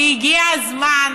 כי הגיע הזמן,